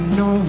no